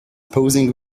posing